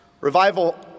Revival